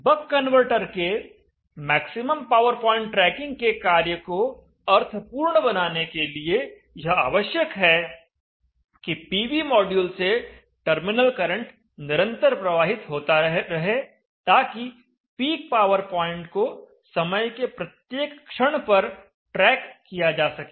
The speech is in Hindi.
बक कन्वर्टर के मैक्सिमम पावर प्वाइंट ट्रैकिंग के कार्य को अर्थपूर्ण बनाने के लिए यह आवश्यक है कि पीवी मॉड्यूल से टर्मिनल करंट निरंतर प्रवाहित होता रहे ताकि पीक पावर पॉइंट को समय के प्रत्येक क्षण पर ट्रैक किया जा सके